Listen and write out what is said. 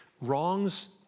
Wrongs